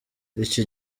iki